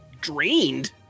Drained